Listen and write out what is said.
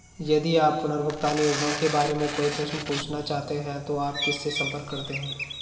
यदि आप पुनर्भुगतान योजनाओं के बारे में कोई प्रश्न पूछना चाहते हैं तो आप किससे संपर्क करते हैं?